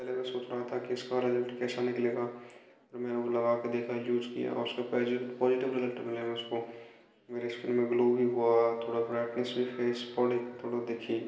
पहले मैं सोच रहा था कि उसका रेजल्ट कैसा निकलेगा फिर मैंने वो लगा के देखा यूज़ किया और उसका पौजिटिव रिजल्ट मिले मुझको मेरे स्किन में ग्लो भी हुआ थोड़ा ब्रैटनेस भी फेस बोडी थोड़ा दिखी